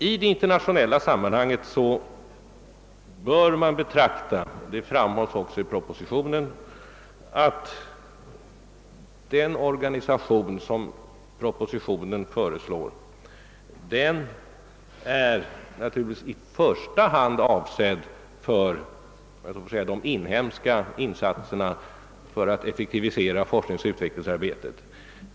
I det internationella sammanhanget bör man beakta — det framhålles också i propositionen — att den organisation som propositionen föreslår naturligtvis i första hand är avsedd att främja de inhemska insatserna för att effektivisera forskningsoch utvecklingsarbetet.